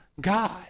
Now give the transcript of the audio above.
God